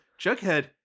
Jughead